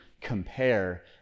compare